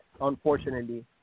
unfortunately